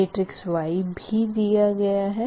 matrix Y भी दिया गया है